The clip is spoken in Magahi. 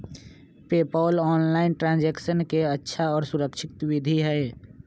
पेपॉल ऑनलाइन ट्रांजैक्शन के अच्छा और सुरक्षित विधि हई